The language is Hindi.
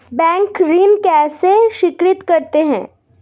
बैंक ऋण कैसे स्वीकृत करते हैं?